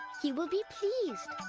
he will be pleased.